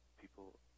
people